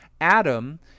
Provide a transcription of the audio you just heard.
Adam